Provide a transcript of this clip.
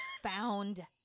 found